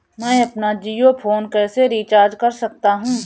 मैं अपना जियो फोन कैसे रिचार्ज कर सकता हूँ?